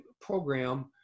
program